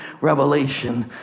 revelation